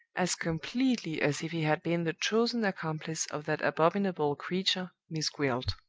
as completely as if he had been the chosen accomplice of that abominable creature, miss gwilt.